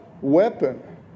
weapon